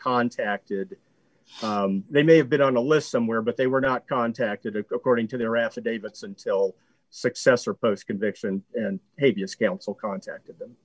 contacted they may have been on a list somewhere but they were not contacted according to their affidavit some still successor post conviction and maybe as counsel contacted them